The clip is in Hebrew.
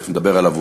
תכף נדבר עליו,